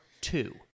two